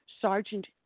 Sergeant